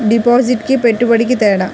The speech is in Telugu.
డిపాజిట్కి పెట్టుబడికి తేడా?